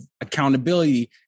accountability